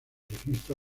registro